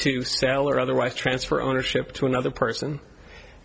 to sell or otherwise transfer ownership to another person